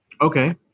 Okay